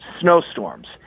snowstorms